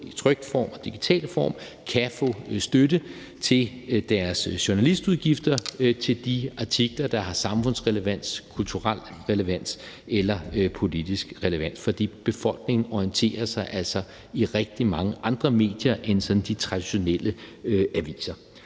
trykte form og i den digitale form, kan få støtte til deres journalistudgifter til de artikler, der har samfundsrelevans, kulturel relevans eller politisk relevans. For befolkningen orienterer sig altså i rigtig mange andre medier end sådan de traditionelle aviser.